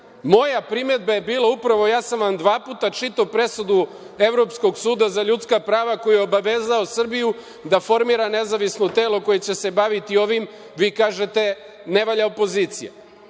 primedba je bila upravo, ja sam vam dva puta čitao presudu Evropskog suda za ljudska prava, koji je obavezao Srbiju da formira nezavisno telo koje će se baviti ovim. Vi kažete - ne valja opozicija. Naša